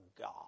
God